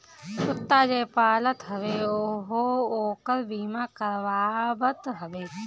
कुत्ता जे पालत हवे उहो ओकर बीमा करावत हवे